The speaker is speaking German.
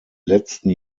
letzten